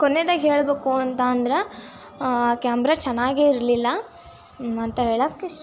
ಕೊನೆದಾಗಿ ಹೇಳ್ಬೇಕು ಅಂತ ಅಂದ್ರೆ ಕ್ಯಾಮ್ರ ಚೆನ್ನಾಗೆ ಇರಲಿಲ್ಲ ಅಂತ ಹೇಳಕ್ಕೆ ಇಷ್ಟಪಡ್ತೀನಿ